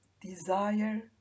Desire